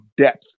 depth